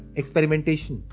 experimentation